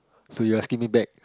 so you asking me back